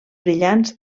brillants